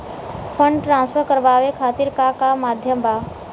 Fund transfer करवाये खातीर का का माध्यम बा?